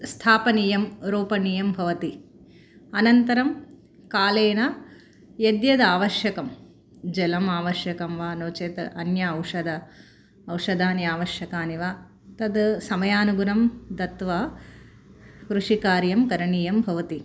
स्थापनीयं रोपनीयं भवति अनन्तरं कालेन यद्यद् आवश्यकं जलम् आवश्यकं वा नोचेत् अन्यम् औषधम् औषधानि आवश्यकानि वा तद् समयानुगुणं दत्वा कृषिकार्यं करणीयं भवति